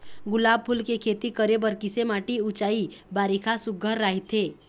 गुलाब फूल के खेती करे बर किसे माटी ऊंचाई बारिखा सुघ्घर राइथे?